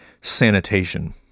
sanitation